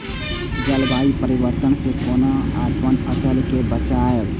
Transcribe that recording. जलवायु परिवर्तन से कोना अपन फसल कै बचायब?